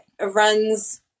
runs